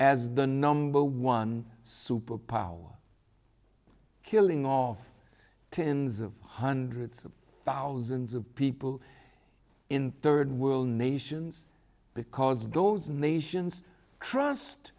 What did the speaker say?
as the number one superpower killing off tens of hundreds of thousands of people in third world nations because those nations trust